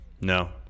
No